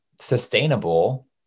sustainable